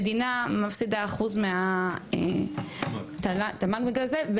המדינה מפסיגה אחוז מהתל"ג בגלל זה.